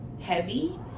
heavy